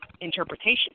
interpretation